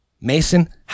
mason